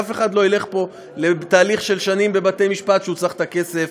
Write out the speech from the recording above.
אף אחד לא ילך פה לתהליך של שנים בבתי-משפט כשהוא צריך את הכסף.